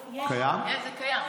קיים?